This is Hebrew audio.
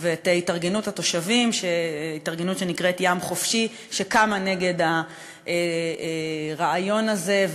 ואת התארגנות התושבים שנקראת "ים חופשי" שקמה נגד הרעיון הזה,